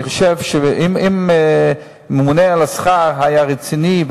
אני חושב שאם הממונה על השכר היה רציני,